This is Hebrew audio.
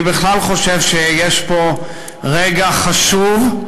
אני בכלל חושב שיש פה רגע חשוב,